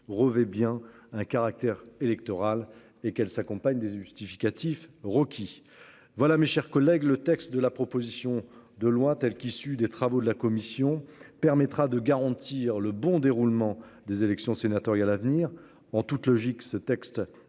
revêt bien un caractère électoral et qu'elle s'accompagne des justificatifs requis. Voilà, mes chers collègues, le texte de la proposition de loi, telle qu'issue des travaux de la commission permettra de garantir le bon déroulement des élections sénatoriales à venir en toute logique, ce texte